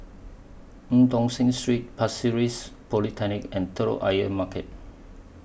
EU Tong Sen Street Pasir Ris and Telok Ayer Market